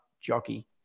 jockey